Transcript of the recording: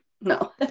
no